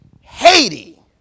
Haiti